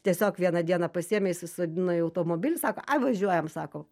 tiesiog vieną dieną pasiėmė įsisodino į automobilį sako ai važiuojam sako